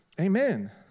amen